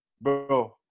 Bro